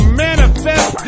manifest